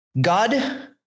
god